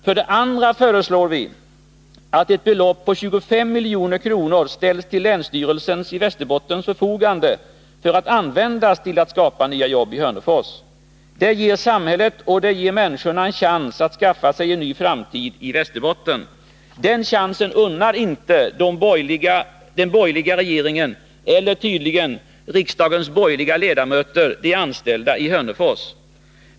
För det andra föreslår vi att ett belopp på 25 milj.kr. ställs till länsstyrelsens i Västerbotten förfogande för att användas till att skapa nya jobb i Hörnefors. Det ger samhället och människorna en chans att skaffa sig en ny framtid i Västerbotten. Den chansen unnar inte den borgerliga regeringen de anställda i Hörnefors, och det gör tydligen inte heller utskottets borgerliga ledamöter.